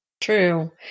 True